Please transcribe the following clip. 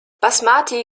basmati